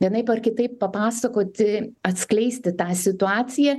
vienaip ar kitaip papasakoti atskleisti tą situaciją